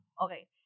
okay